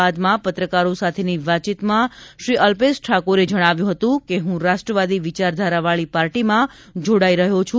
બાદમાં પત્રકારો સાથેની વાતચીતમાં શ્રી અલ્પેશ ઠાકોરે જણાવ્યું હતું કે હું રાષ્ટ્રવાદી વિચારધારાવાળી પાર્ટીમાં જોડાઈ રહ્યો છું